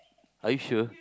are you sure